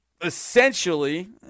essentially